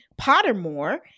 Pottermore